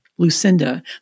Lucinda